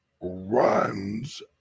runs